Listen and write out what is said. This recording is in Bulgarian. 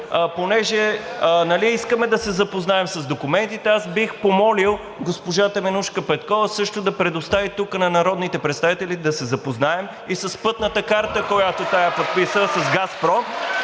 понеже нали искаме да се запознаем с документите, аз бих помолил госпожа Теменужка Петкова също да предостави тук на народните представители да се запознаем и с Пътната карта, която тя е подписала с